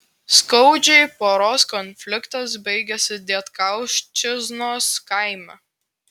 skaudžiai poros konfliktas baigėsi dietkauščiznos kaime